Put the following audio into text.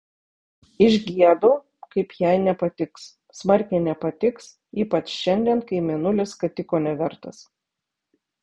išgiedu kaip jai nepatiks smarkiai nepatiks ypač šiandien kai mėnulis skatiko nevertas